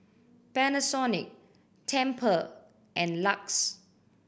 Panasonic Tempur and LUX